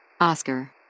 Oscar